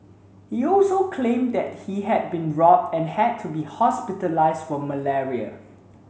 he also claimed that he had been robbed and had to be hospitalised for malaria